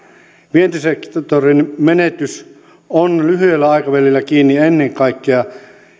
vientisektorin menestys on lyhyellä aikavälillä kiinni ennen kaikkea